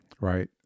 Right